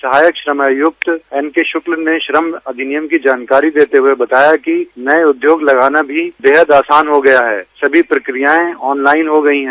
सहायक श्रमायुक्त एनके शुक्ल ने श्रम अधिनियम की जानकारी देते हुए बताया कि नये उद्योग लगाना भी बेहद आसान हो गया है सभी प्रक्रियायें ऑनलाइन हो गई हैं